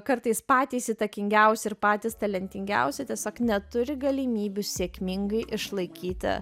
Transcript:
kartais patys įtakingiausi ir patys talentingiausi tiesiog neturi galimybių sėkmingai išlaikyti